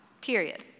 period